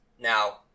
Now